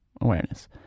awareness